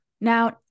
Now